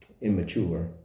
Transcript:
immature